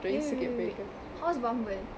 eh wait wait wait wait how is Bumble